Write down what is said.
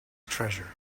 treasure